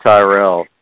Tyrell